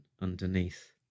underneath